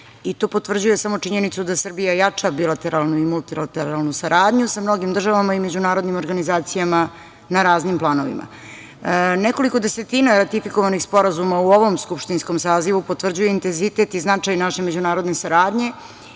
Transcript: i to potvrđuje samo činjenicu da Srbija jača bilateralnu u multilateralnu saradnju sa mnogim državama i međunarodnim organizacijama na raznim planovima. Nekoliko desetina ratifikovanih sporazuma u ovom skupštinskom sazivu potvrđuje intenzitet i značaj naše međunarodne saradnje